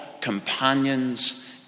companions